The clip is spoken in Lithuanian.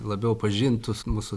labiau pažintų mūsų